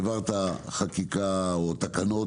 העברת חקיקה או תקנות,